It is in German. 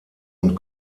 und